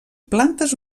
plantes